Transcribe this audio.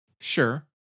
Sure